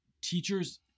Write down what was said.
teachers